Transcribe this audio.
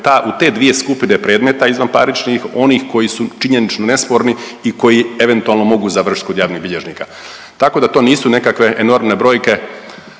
u te dvije skupine predmeta izvanparničnih, onih koji su činjenično nesporni i koji eventualno mogu završiti kod javnih bilježnika, tako da to nisu nekakve enormne brojke